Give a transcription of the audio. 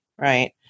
Right